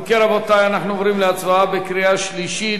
אם כן, רבותי, אנחנו עוברים להצבעה בקריאה שלישית.